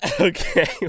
okay